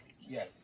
Yes